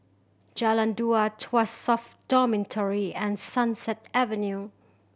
Jalan Dua Tuas South Dormitory and Sunset Avenue